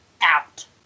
out